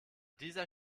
dieser